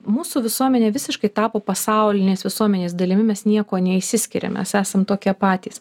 mūsų visuomenė visiškai tapo pasaulinės visuomenės dalimi mes niekuo neišsiskiriam mes esam tokie patys